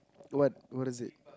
what what is it